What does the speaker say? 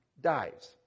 dies